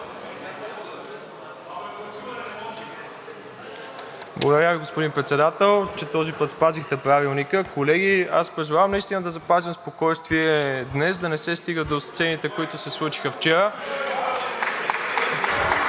Благодаря Ви, господин Председател, че този път спазихте Правилника. Колеги, аз призовавам наистина да запазим спокойствие днес, да не се стига до сцените, които се случиха вчера.